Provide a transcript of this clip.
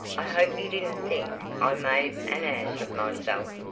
i hope you didn't think i made an ass of myself.